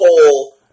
whole